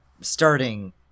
starting